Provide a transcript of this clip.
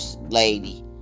lady